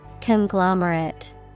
Conglomerate